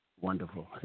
Wonderful